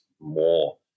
more